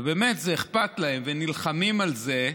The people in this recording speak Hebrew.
וזה באמת אכפת להם, והם נלחמים על זה,